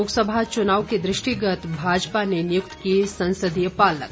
लोकसभा चुनाव के दृष्टिगत भाजपा ने नियुक्त किए संसदीय पालक